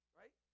right